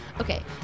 Okay